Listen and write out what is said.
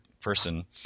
person